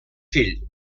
fill